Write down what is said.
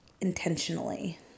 intentionally